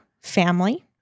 family